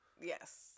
yes